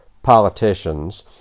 politicians